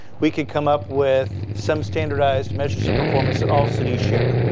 we can come up with some standardized measures of performance that all cities share.